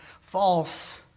false